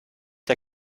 der